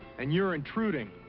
and you're intruding.